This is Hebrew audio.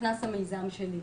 נכנס המיזם שלי.